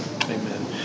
amen